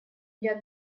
для